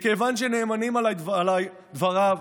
מכיוון שנאמנים עליי דבריו,